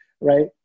right